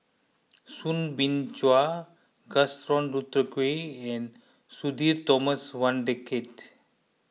Soo Bin Chua Gaston Dutronquoy and Sudhir Thomas Vadaketh